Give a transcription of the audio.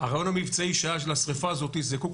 הרעיון המבצעי שהיה של השריפה הזאת זה קודם